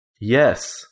Yes